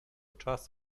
czas